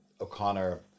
O'Connor